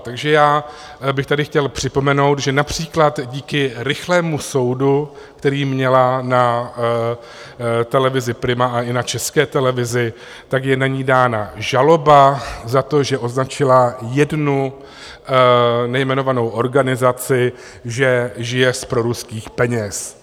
Takže já bych tady chtěl připomenout, že například díky rychlému soudu, který měla na televizi Prima i na České televizi, je na ni dána žaloba za to, že označila jednu nejmenovanou organizaci, že žije z proruských peněz.